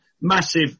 massive